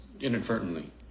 inadvertently